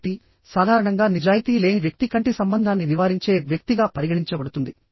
కాబట్టి సాధారణంగా నిజాయితీ లేని వ్యక్తి కంటి సంబంధాన్ని నివారించే వ్యక్తిగా పరిగణించబడుతుంది